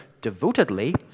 devotedly